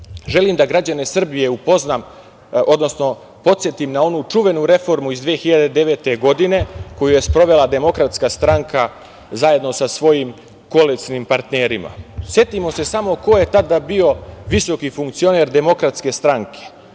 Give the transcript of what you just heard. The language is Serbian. da građane Srbije upoznam, odnosno podsetim na onu čuvenu reformu iz 2009. godine koju je sprovela DS zajedno sa svojim koalicionim partnerima. Setimo se samo ko je tada bio visoki funkcioner DS. Dragan Đilas.